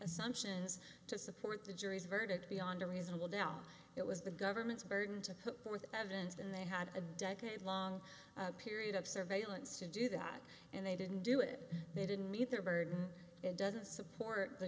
assumptions to support the jury's verdict beyond a reasonable doubt it was the government's burden to put forth evidence and they had a decade long period of surveillance to do that and they didn't do it they didn't meet their burden it doesn't support the